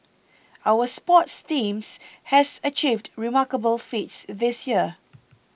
our sports teams has achieved remarkable feats this year